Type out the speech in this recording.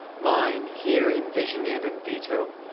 mine, here in vision and in veto!